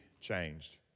changed